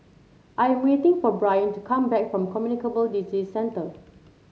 I am waiting for Brion to come back from Communicable Disease Centre